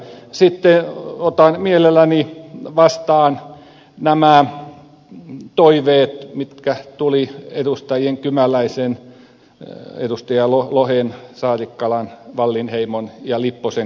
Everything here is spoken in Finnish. sitten otan mielelläni vastaan nämä toiveet mitkä tulivat edustajien kymäläinen lohi saarakkala wallinheimo ja lipponen kohdalta